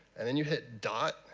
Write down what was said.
and and you hit dot,